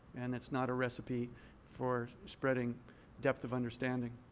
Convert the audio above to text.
and it's not a recipe for spreading depth of understanding.